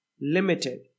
Limited